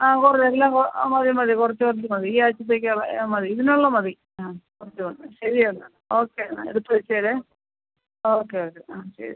ആ കുറച്ച് എല്ലാം മതി മതി കുറച്ച് കുറച്ച് മതി ഈ ആഴ്ചത്തേക്ക് മതി ഇതിനുള്ളത് മതി അ കുറച്ച് മതി ശരി എന്നാൽ ഓക്കെ എന്നാൽ എടുത്ത് വച്ചേരെ ഓക്കെ ഓക്കെ ആ ശരി